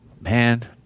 man